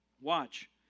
Watch